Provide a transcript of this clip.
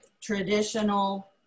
traditional